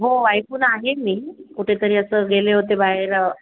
हो ऐकून आहे मी कुठेतरी असं गेले होते बाहेर